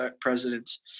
presidents